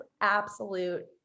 absolute